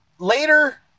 Later